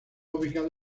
ubicado